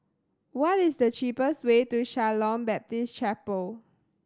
what is the cheapest way to Shalom Baptist Chapel